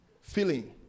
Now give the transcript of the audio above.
Feeling